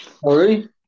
Sorry